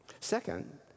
Second